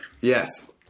Yes